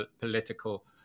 political